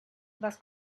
was